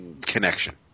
connection